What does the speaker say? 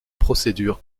procédure